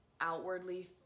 outwardly